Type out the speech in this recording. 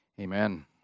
Amen